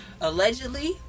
allegedly